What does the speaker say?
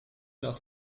nach